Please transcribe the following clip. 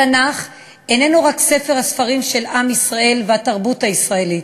התנ"ך איננו רק ספר הספרים של עם ישראל והתרבות הישראלית,